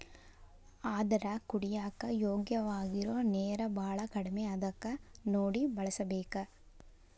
ಆದರ ಕುಡಿಯಾಕ ಯೋಗ್ಯವಾಗಿರು ನೇರ ಬಾಳ ಕಡಮಿ ಅದಕ ನೋಡಿ ಬಳಸಬೇಕ